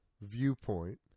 viewpoint